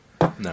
No